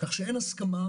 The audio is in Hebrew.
כך שאין הסכמה,